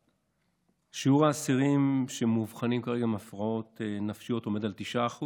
שיעור האסירים שמאובחנים כרגע עם הפרעות נפשיות עומד על 9%